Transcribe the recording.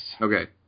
Okay